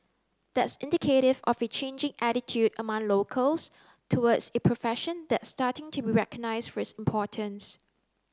that's indicative of a changing attitude among locals towards a profession that's starting to be recognised for its importance